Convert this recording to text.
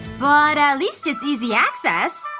but at least it's easy access.